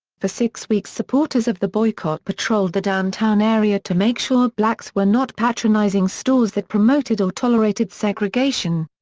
for six weeks supporters of the boycott patrolled the downtown area to make sure blacks were not patronizing stores that promoted or tolerated segregation.